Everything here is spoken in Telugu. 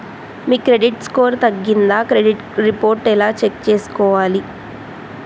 మీ క్రెడిట్ స్కోర్ తగ్గిందా క్రెడిట్ రిపోర్ట్ ఎలా చెక్ చేసుకోవాలి?